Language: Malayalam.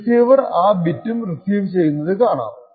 റിസീവർ ആ ബിറ്റും റിസീവ് ചെയ്യുന്നത് കാണാം